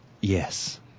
Yes